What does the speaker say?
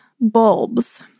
bulbs